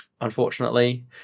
unfortunately